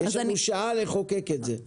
יש לנו שעה לחוקק את זה.